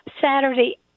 Saturday